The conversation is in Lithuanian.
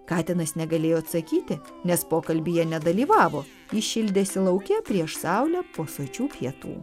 katinas negalėjo atsakyti nes pokalbyje nedalyvavo jis šildėsi lauke prieš saulę po sočių pietų